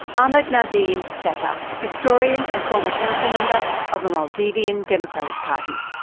ahmed nazim sattar, historian and former council member of the maldivian democratic party.